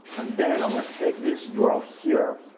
and then i'm gonna take this yeah url here.